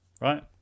right